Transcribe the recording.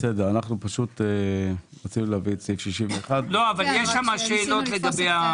רצינו להביא את סעיף 61 יש שם שאלות.